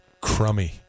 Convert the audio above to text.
Crummy